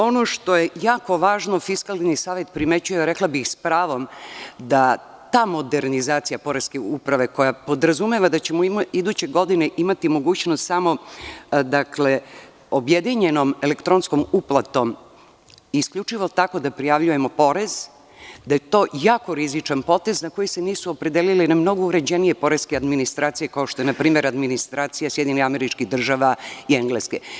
Ono što je jako važno, Fiskalni savet primećuje, rekla bih s pravom, da ta modernizacija Poreske uprave, koja podrazumeva da ćemo iduće godine imati mogućnost samo objedinjenom elektronskom uplatom isključivo tako da prijavljujemo porez, da je to jako rizičan potez na koji se nisu opredelile mnogo uređenije poreske administracije, kao što je, na primer, administracija SAD i Engleske.